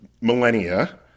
millennia